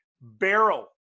barrel